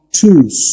tools